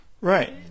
Right